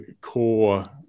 core